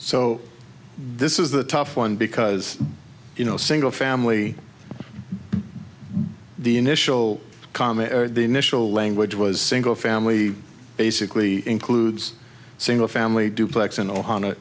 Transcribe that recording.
so this is a tough one because you know single family the initial comma or the initial language was single family basically includes single family duplex and o